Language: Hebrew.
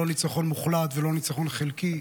לא ניצחון מוחלט ולא ניצחון חלקי,